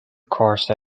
course